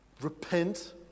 repent